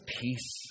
peace